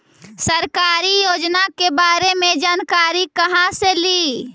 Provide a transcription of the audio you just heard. सरकारी योजना के बारे मे जानकारी कहा से ली?